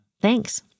Thanks